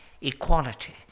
equality